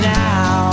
now